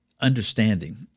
understanding